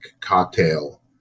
cocktail